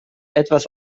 etwas